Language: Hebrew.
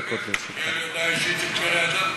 הודעה אישית של פרא אדם.